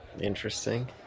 Interesting